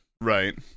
right